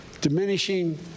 diminishing